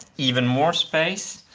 even more space,